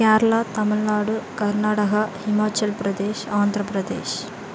Kerala Tamil Nadu Karnataka Himachal Pradesh Andhra Pradesh